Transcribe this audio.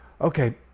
Okay